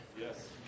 Yes